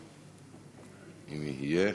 אם יהיה,